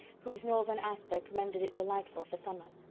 whose northern aspect rendered it delightful for summer.